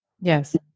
Yes